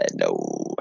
No